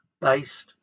Based